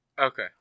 Okay